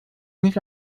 nicht